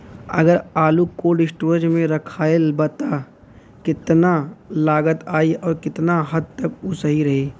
अगर आलू cold storage में रखायल त कितना लागत आई अउर कितना हद तक उ सही रही?